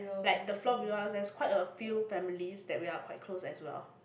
like the floor below us there is quite a few families that we are quite close as well